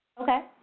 Okay